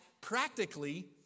practically